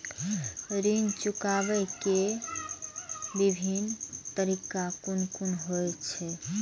ऋण चुकाबे के विभिन्न तरीका कुन कुन होय छे?